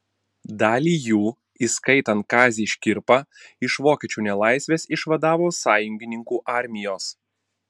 dalį jų įskaitant kazį škirpą iš vokiečių nelaisvės išvadavo sąjungininkų armijos